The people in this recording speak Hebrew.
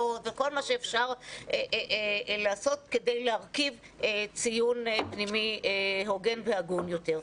וכל מה שאפשר לעשות כדי להרכיב ציון פנימי הוגן והגון יותר.